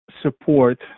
support